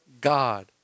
God